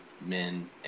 men